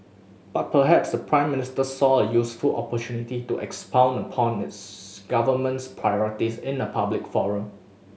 but perhaps the Prime Minister saw a useful opportunity to expound upon his government's priorities in a public forum